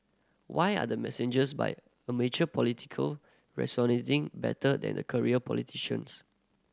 why are the messengers by amateur political better than the career politicians